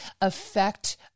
affect